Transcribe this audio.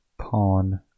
Pawn